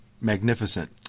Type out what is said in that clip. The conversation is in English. magnificent